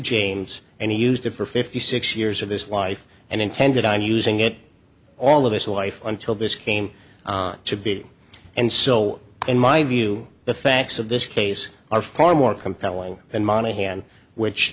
james and he used it for fifty six years of his life and intended on using it all of his life until this came to be and so in my view the facts of this case are far more compelling than monaghan which